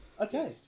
okay